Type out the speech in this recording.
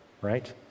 right